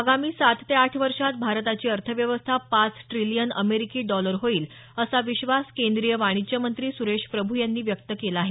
आगामी सात ते आठ वर्षात भारताची अर्थव्यवस्था पाच टिलियन अमेरिकी डॉलर होईल असा विश्वास केंद्रीय वाणिज्य मंत्री सुरेश प्रभू यांनी व्यक्त केला आहे